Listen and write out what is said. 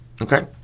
Okay